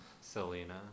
Selena